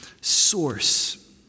source